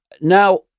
Now